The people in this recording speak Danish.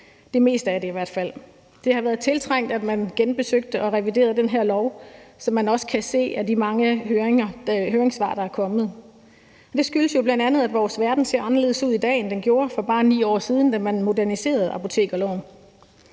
det meste af det, i hvert fald. Det har været tiltrængt, at man genbesøgte og reviderede den her lov, hvilket man også kan se af de mange høringssvar, der er kommet. Det skyldes jo bl.a., at vores verden ser anderledes ud i dag, end den gjorde for bare 9 år siden, da man moderniserede apotekerloven.